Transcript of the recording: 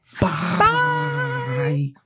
Bye